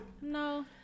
no